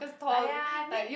!aiya! I mean